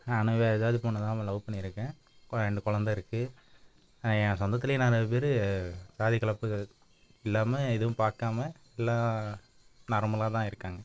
நானும் வேற ஜாதி பொண்ணை தான் லவ் பண்ணிருக்கேன் கு ரெண்டு குலந்த இருக்குது என் சொந்தத்திலே ந நிறைய பேர் ஜாதி கலப்புகள் இல்லாமல் எதுவும் பார்க்காம எல்லா நார்மலாக தான் இருக்காங்கள்